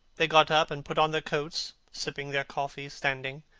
they got up and put on their coats, sipping their coffee standing.